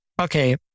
okay